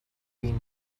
been